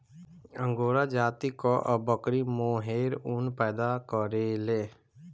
angora जाति कअ बकरी मोहेर ऊन पैदा करेले